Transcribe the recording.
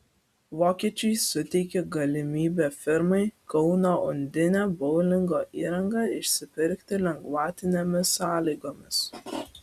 vokiečiai suteikė galimybę firmai kauno undinė boulingo įrangą išsipirkti lengvatinėmis sąlygomis